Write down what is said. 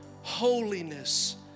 holiness